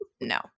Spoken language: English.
no